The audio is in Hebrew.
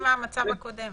במצב הקודם